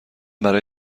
برای